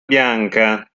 bianca